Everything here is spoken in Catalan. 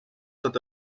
tot